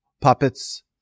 puppets